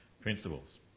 principles